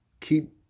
Keep